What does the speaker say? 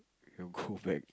you go back